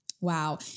wow